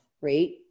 right